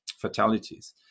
fatalities